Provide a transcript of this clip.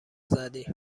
زدی